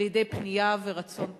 על-ידי פנייה ורצון טוב,